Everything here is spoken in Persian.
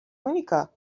مونیکا